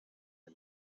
him